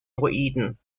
druiden